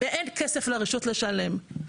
ואין כסף לרשות לשלם.